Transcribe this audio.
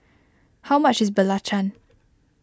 how much is Belacan